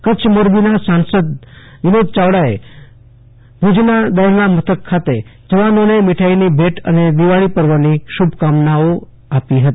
કચ્છ મોરબીના સંસદ સભ્ય વિનોદ ચાવડાએ ભુજના દળના મથક ખાતે જવાનોને મિઠાઈની ભેટ અને દિવાળી પર્વની શુભકામનાઓ આપી હતી